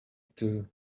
too